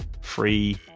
free